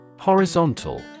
Horizontal